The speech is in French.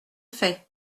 fait